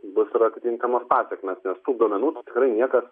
bus ir atitinkamos pasekmės nes tų duomenų nu tikrai niekas